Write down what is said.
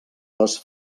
les